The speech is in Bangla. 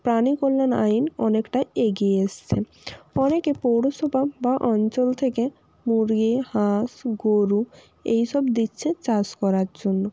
প্রাণীকল্যাণ আইন অনেকটাই এগিয়ে এসেছে অনেকে পৌরসভা বা অঞ্চল থেকে মুরগি হাঁস গোরু এই সব দিচ্ছে চাষ করার জন্য